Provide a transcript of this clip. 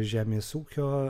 žemės ūkio